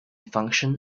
function